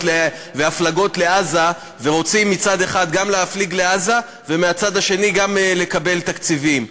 והפלגות לעזה ורוצים מצד אחד גם להפליג לעזה ומהצד השני גם לקבל תקציבים.